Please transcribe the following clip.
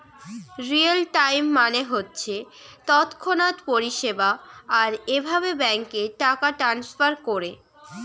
real time মানে হচ্ছে তৎক্ষণাৎ পরিষেবা আর এভাবে ব্যাংকে টাকা ট্রাস্নফার কোরে